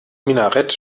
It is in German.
minarett